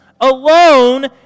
alone